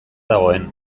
dagoen